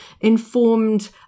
informed